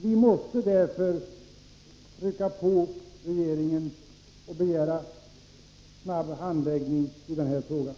Vi måste därför pressa regeringen och begära en snabb handläggning av den här frågan.